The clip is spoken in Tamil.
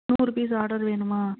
நூறு பீஸ் ஆர்டர் வேணுமா